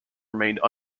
remained